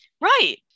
Right